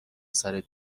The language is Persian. سرت